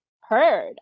heard